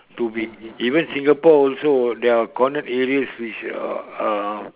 too big even Singapore also their cornered areas which are uh